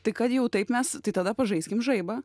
tai kad jau taip mes tai tada pažaiskim žaibą